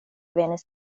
venis